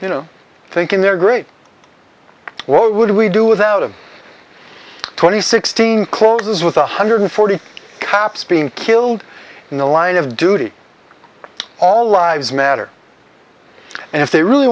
you know thinking they're great what would we do with out of twenty sixteen clothes with one hundred forty caps being killed in the line of duty all lives matter and if they really